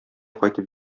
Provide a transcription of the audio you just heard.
кайтып